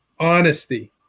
Honesty